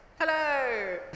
Hello